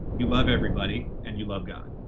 you love everybody and you love god,